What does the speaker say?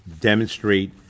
demonstrate